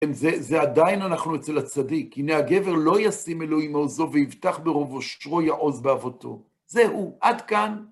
כן, זה עדיין אנחנו אצל הצדיק. הנה, הגבר לא ישים אלוהים מעוזו, ויבטח ברוב אושרו יעוז בהותו. זהו, עד כאן.